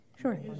Sure